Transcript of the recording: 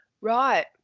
Right